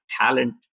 talent